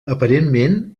aparentment